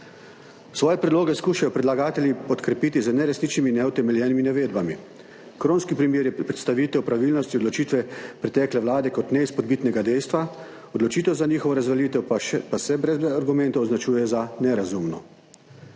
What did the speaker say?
Svoje predloge skušajo predlagatelji podkrepiti z neresničnimi, neutemeljenimi navedbami. Kronski primer je predstavitev pravilnosti odločitve pretekle Vlade kot neizpodbitnega dejstva, odločitev za njihovo razveljavitev pa se brez argumentov označuje za nerazumno.